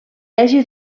hagi